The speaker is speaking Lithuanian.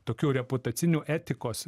tokių reputacinių etikos